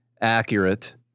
accurate